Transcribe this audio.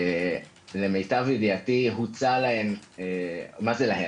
למיטב ידיעתי הוצע להן, מה זה להן?